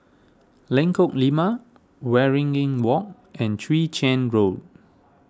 Lengkok Lima Waringin Walk and Chwee Chian Road